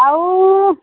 আৰু